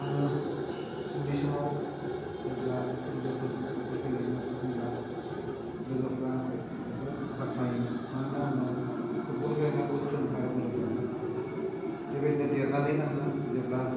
आङो उन्दै समाव जेब्ला लोगोफोरजों फुटबल गेलेयोमोन होमब्ला लोगोफ्रा आंखौ जोबोद बाख्नायोमोन मानोना आङो फुटबल गेलेनायाव गोख्रों आरो बोलोगोरामोन बेबायदिनो देरनानै आङो जेब्ला